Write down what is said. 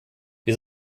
wir